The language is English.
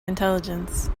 intelligence